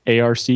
ARC